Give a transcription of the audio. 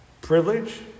privilege